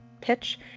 pitch